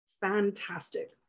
Fantastic